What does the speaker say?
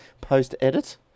post-edit